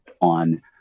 on